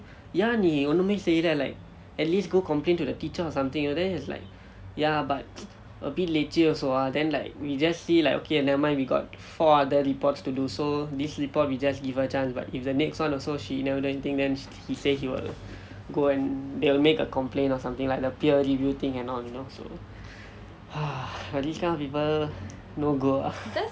ஏன் நீ ஒண்ணுமே செய்யலே:yean ni onnume seyyalae like at least go complain to the teacher or something know then he's like ya but abit leceh also ah then like we just see like okay never mind we got four other reports to do so this report we just give her chance but if the next one also she never do anything then he say he will go and they'll make a complain or something like the peer review thing and all you know so this kind of people no go ah